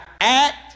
act